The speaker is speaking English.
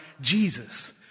Jesus